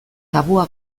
tabua